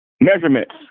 measurements